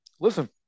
Listen